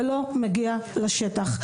זה לא מגיע לשטח.